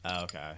Okay